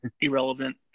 Irrelevant